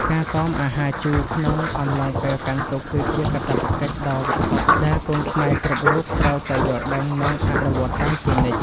ការតមអាហារជូរក្នុងអំឡុងពេលកាន់ទុក្ខគឺជាកាតព្វកិច្ចដ៏វិសុទ្ធដែលកូនខ្មែរគ្រប់រូបត្រូវតែយល់ដឹងនិងអនុវត្តតាមជានិច្ច។